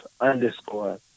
Underscore